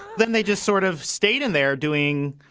then they just sort of stayed and they're doing